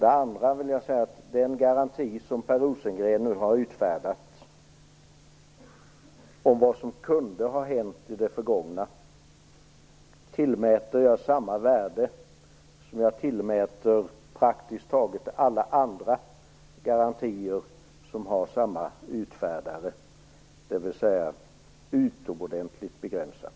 Den garanti som Per Rosengren har utfärdat om vad som kunde ha hänt i det förgångna tillmäter jag samma värde som jag tillmäter praktiskt taget alla andra garantier som har samma utfärdare, dvs. utomordentligt begränsat.